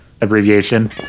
abbreviation